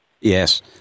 Yes